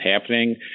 happening